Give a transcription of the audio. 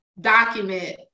document